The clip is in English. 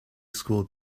school